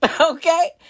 Okay